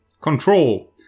control